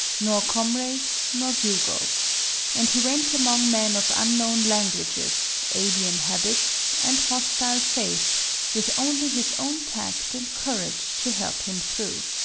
nor comrades, nor bugle and he went among men of unknown languages, alien habits and hostile faith with only his own tact and courage to help him through.